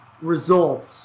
results